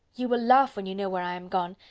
you will laugh when you know where i am gone,